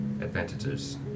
advantages